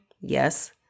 Yes